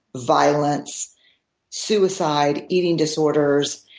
violence suicide, eating disorders